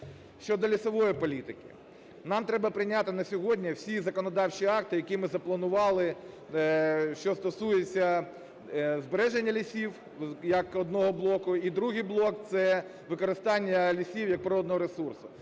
Щодо лісової політики. Нам треба прийняти на сьогодні всі законодавчі акти, які ми запланували, що стосується збереження лісів як одного блоку, і другий блок – це використання лісів як природного ресурсу.